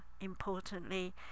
importantly